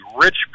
rich